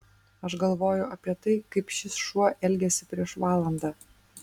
aš galvoju apie tai kaip šis šuo elgėsi prieš valandą